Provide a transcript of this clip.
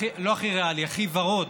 לא הכי ריאלי, הכי ורוד,